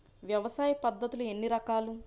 వ్యవసాయ పద్ధతులు ఎన్ని రకాలు?